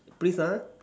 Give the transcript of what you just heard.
please ah